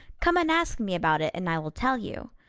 come and ask me about it and i will tell you.